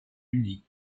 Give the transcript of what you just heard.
uniques